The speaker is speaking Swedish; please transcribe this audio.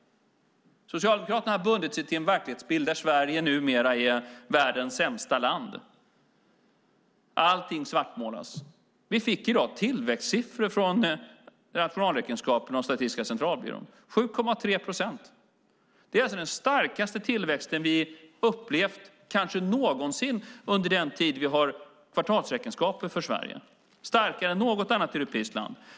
Socialdemokraterna har bundit sig till en veklighetsbild där Sverige numera är världens sämsta land. Allting svartmålas. Vi fick i dag tillväxtsiffror från nationalräkenskaperna och Statistiska centralbyrån - 7,3 procent. Det är den starkaste tillväxt vi upplevt kanske någonsin under den tid vi har kvartalsräkenskaper för Sverige, starkare än i något annat europeiskt land.